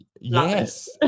yes